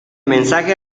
mensaje